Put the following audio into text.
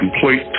complete